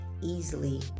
easily